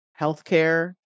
healthcare